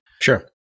Sure